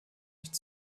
nicht